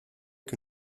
que